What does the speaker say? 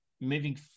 Moving